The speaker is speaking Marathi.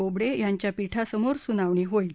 बोबडड्रिंच्या पीठासमोर सुनावणी होईल